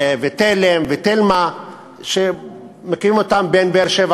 תלם ותלמה שמקימים אותם בין באר-שבע,